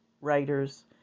writers